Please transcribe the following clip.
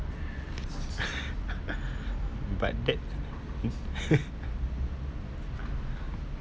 but that